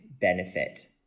benefit